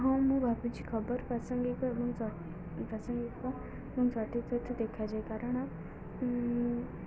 ହଁ ମୁଁ ଭାବୁଛି ଖବର ପ୍ରାସଙ୍ଗିକ ଏବଂ ପ୍ରାସଙ୍ଗିକ ଏବଂ ସଠିକ ତଥ୍ୟ ଦେଖାଯାଏ କାରଣ